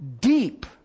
deep